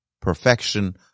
perfection